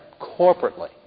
corporately